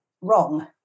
wrong